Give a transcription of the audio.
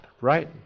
right